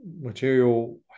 material